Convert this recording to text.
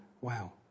Wow